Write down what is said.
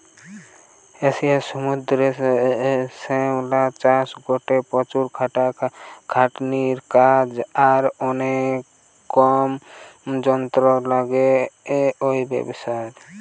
এশিয়ার সমুদ্রের শ্যাওলা চাষ গটে প্রচুর খাটাখাটনির কাজ আর অনেক কম যন্ত্র লাগে ঔ ব্যাবসারে